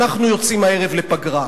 אנחנו יוצאים הערב לפגרה.